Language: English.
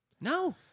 No